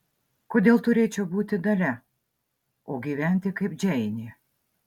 kodėl turėčiau būti dalia o gyventi kaip džeinė